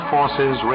Forces